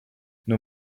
nos